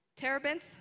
Terebinth